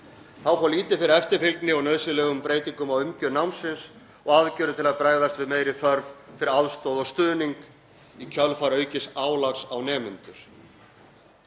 Þá fór lítið fyrir eftirfylgni og nauðsynlegum breytingum á umgjörð námsins og aðgerðum til að bregðast við meiri þörf fyrir aðstoð og stuðning í kjölfar aukins álags á nemendur.